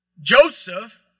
Joseph